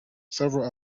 several